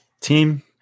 team